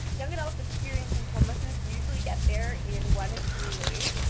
young adults experiencing homelessness usually get there in one of three ways.